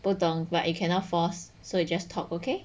不懂 but you cannot force so you just talk okay